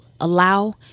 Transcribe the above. allow